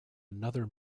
another